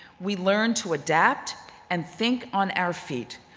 we learn to adapt and think on our feet.